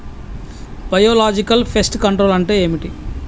Biological pest control అంటే ఏమిటి?